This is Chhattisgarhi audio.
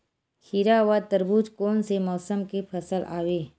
खीरा व तरबुज कोन से मौसम के फसल आवेय?